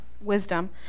wisdom